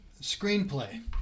screenplay